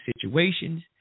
situations